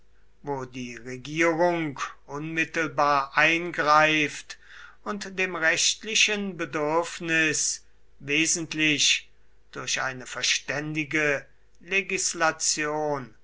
wo die regierung unmittelbar eingreift und dem rechtlichen bedürfnis wesentlich durch eine verständige legislation